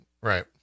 right